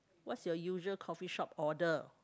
what's your usual coffee shop order